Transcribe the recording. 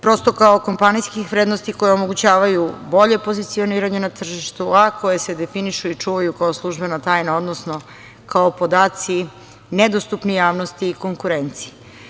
Prosto kao kompanijskih vrednosti koje omogućavaju bolje pozicioniranje na tržištu, a koje se definišu i čuvaju kao službena tajna, odnosno kao podaci nedostupni javnosti i konkurenciji.